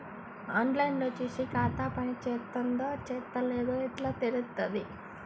On line లో చూసి ఖాతా పనిచేత్తందో చేత్తలేదో ఎట్లా తెలుత్తది?